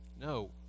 No